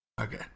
Okay